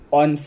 on